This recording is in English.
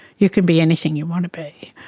you can be anything you want to be.